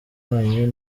wanyu